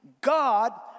God